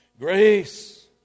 Grace